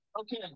Okay